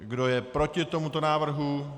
Kdo je proti tomuto návrhu?